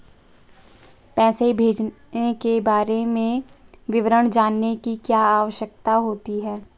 पैसे भेजने के बारे में विवरण जानने की क्या आवश्यकता होती है?